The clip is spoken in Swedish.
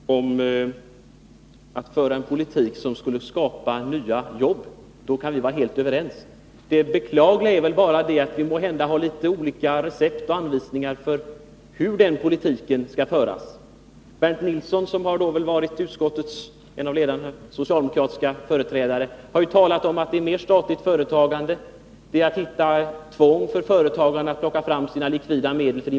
Fru talman! När det gäller den sistnämnda frågan, om behovet av att föra en politik som skulle skapa nya jobb, kan vi vara helt överens. Det beklagliga är bara att vi har litet olika recept och ansvisningar för hur denna politik skall föras. Bernt Nilsson, som har varit en av utskottets ledande socialdemokratiska företrädare, har ju talat för ökat statligt företagande och för införande av ett tvång för företagen att för investeringar plocka fram sina likvida medel.